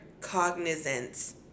Cognizance